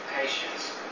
patience